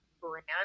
brand